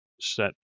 set